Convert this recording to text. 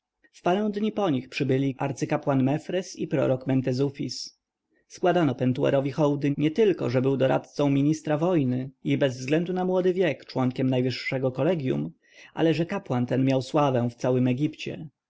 parę dni po nich przybyli arcykapłan mefres i prorok mentezufis składano pentuerowi hołdy nietylko że był doradcą ministra wojny i bez względu na młody wiek członkiem najwyższego kolegjum ale że kapłan ten miał sławę w całym egipcie